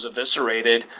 eviscerated